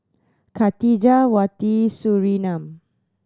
Khatijah Wati Surinam